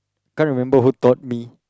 can't remember who taught me